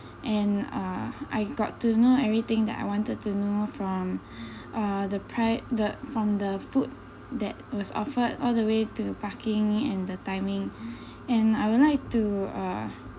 and uh I got to know everything that I wanted to know from uh the pri~ the from the food that was offered all the way to the parking and the timing and I would like to uh